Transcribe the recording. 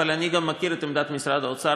אבל אני גם מכיר את עמדת משרד האוצר,